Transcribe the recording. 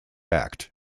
act